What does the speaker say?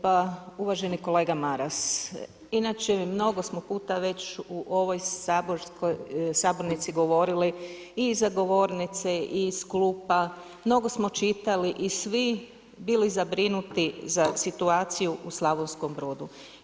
Pa uvaženi kolega Maras, inače mnogo smo puta već u ovoj sabornici govorili i iz govornice i iz klupa, mnogo smo čitali i svi bili zabrinuti za situaciju u Slavonskom Brodu.